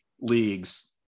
leagues